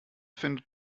findet